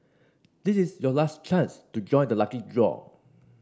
this is your last chance to join the lucky draw